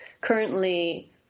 currently